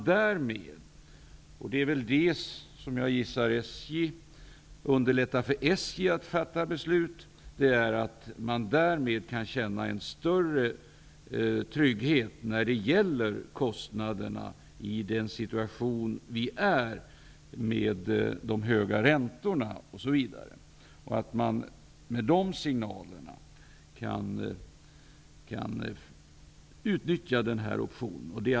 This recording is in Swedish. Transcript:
Därmed underlättar detta för SJ att fatta beslut och tryggheten ökar när det gäller att klara kostnaderna i den situation som vi nu befinner oss med höga räntor etc. Med dessa signaler kan den här optionen utnyttjas.